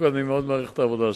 יותר של עבודה,